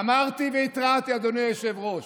אמרתי והתרעתי, אדוני היושב-ראש,